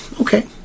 okay